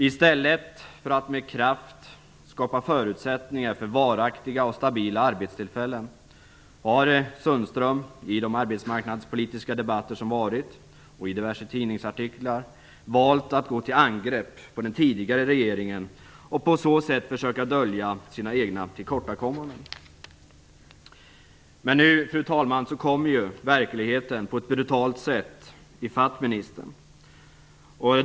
I stället för att med kraft skapa förutsättningar för varaktiga och stabila arbetstillfällen har Anders Sundström i de arbetsmarknadspolitiska debatter som varit och i diverse tidningsartiklar valt att gå till angrepp på den tidigare regeringen för att på så sätt försöka dölja sina egna tillkortakommanden. Fru talman! Nu kommer verkligheten på ett brutalt sätt i fatt ministern.